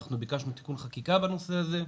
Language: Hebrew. אנחנו ביקשנו תיקון חקיקה בנושא הזה,